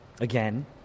again